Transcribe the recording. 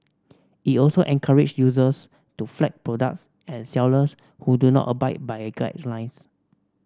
it also encourage users to flag products and sellers who do not abide by its guidelines